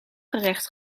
gerecht